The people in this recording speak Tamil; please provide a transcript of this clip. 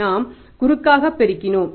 நாம் குறுக்காகப் பெருக்கினோம்